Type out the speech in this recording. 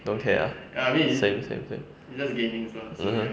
don't care ah same same same mmhmm